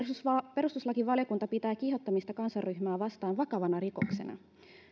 perustuslakivaliokunta pitää kiihottamista kansanryhmää vastaan vakavana rikoksena